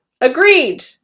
Agreed